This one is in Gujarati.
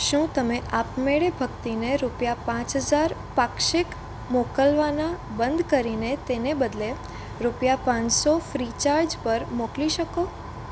શું તમે આપમેળે ભક્તિને રૂપિયા પાંચ હજાર પાક્ષિક મોકલવાના બંધ કરીને તેને બદલે રૂપિયા પાંચસો ફ્રીચાર્જ પર મોકલી શકો